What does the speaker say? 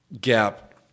gap